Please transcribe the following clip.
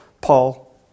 Paul